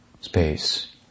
space